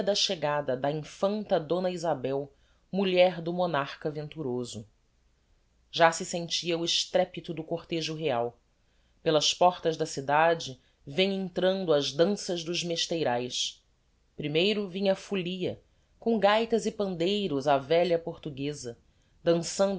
da chegada da infanta d isabel mulher do monarcha venturoso já se sentia o estrépito do cortejo real pelas portas da cidade vem entrando as dansas dos mesteiraes primeiro vinha a folia com gaitas e pandeiros á velha portugueza dansando